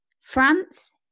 France